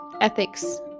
ethics